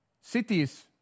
Cities